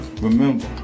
Remember